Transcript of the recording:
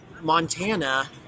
Montana